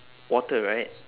water right